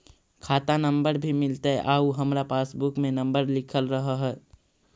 खाता नंबर भी मिलतै आउ हमरा पासबुक में नंबर लिखल रह है?